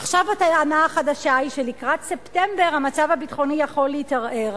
עכשיו הטענה החדשה היא שלקראת ספטמבר המצב הביטחוני יכול להתערער.